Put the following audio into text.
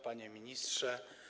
Panie Ministrze!